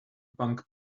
punk